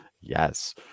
Yes